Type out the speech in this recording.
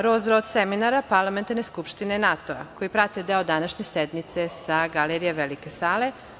ROZ-ROT seminara parlamentarne skupštine NATO-a, koji prate deo današnje sednice sa galerije Velike sale.